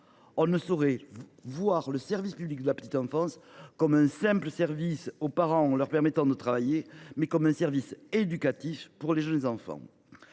On ne saurait voir le service public de la petite enfance comme un simple service aux parents pour leur permettre de travailler : il doit assurer un service éducatif aux jeunes enfants.